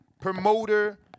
promoter